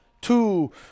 two